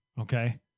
okay